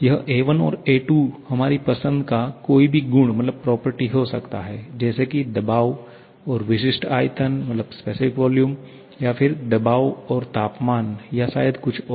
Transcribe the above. यह a1 और a2 हमारी पसंद का कोई भी गुण हो सकता है जैसे की दबाव और विशिष्ट आयतन या फिर दबाव और तापमान या शायद कुछ और